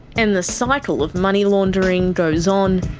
and the cycle of money laundering goes on